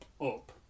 up